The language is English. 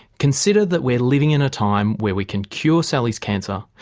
consider that we are living in a time where we can cure sally's cancer,